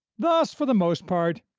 thus, for the most part,